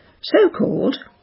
So-called